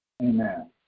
Amen